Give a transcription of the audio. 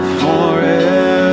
forever